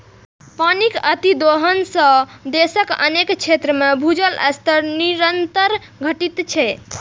पानिक अतिदोहन सं देशक अनेक क्षेत्र मे भूजल स्तर निरंतर घटि रहल छै